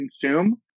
consume